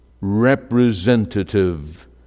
representative